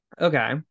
Okay